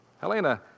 Helena